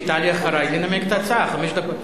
שתעלה אחרי לנמק את ההצעה חמש דקות,